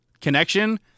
connection